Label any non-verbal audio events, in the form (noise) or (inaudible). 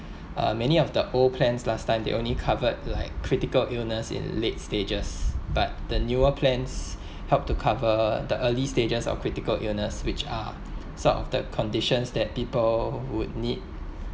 uh many of the old plans last time they only covered like critical illness in late stages but the newer plans (breath) help to cover the early stages of critical illness which are sort of the conditions that people would need